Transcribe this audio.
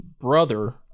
Brother